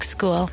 School